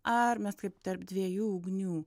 ar mes kaip tarp dviejų ugnių